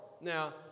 Now